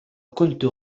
كنت